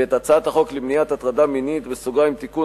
ואת הצעת החוק למניעת הטרדה מינית (תיקון,